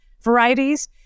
varieties